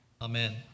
Amen